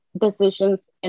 decisions